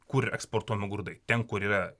kur eksportuojami grūdai ten kur yra